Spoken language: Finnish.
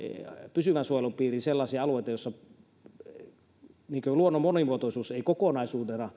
pysyvän suojelun piiriin sellaisia alueita joissa luonnon monimuotoisuus ei kokonaisuutena